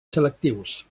selectius